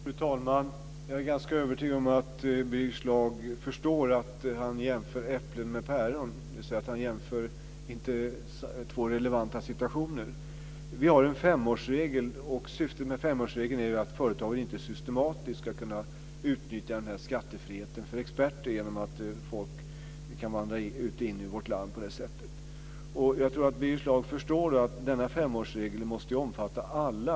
Fru talman! Jag är ganska övertygad om att Birger Schlaug förstår att han jämför äpplen med päron, dvs. han jämför två inte relevanta situationer. Vi har en femårsregel. Syftet med femårsregeln är att företagen inte systematiskt ska kunna utnyttja skattefriheten för experter genom att folk kan vandra ut och in i vårt land på det sättet. Jag tror att Birger Schlaug förstår att denna femårsregel måste omfatta alla.